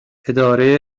اداره